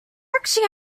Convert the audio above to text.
actually